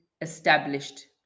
established